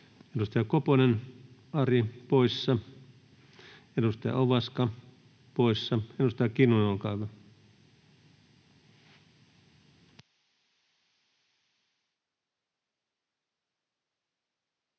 Edustaja Koponen, Ari poissa, edustaja Ovaska poissa. — Edustaja Kinnunen, olkaa hyvä.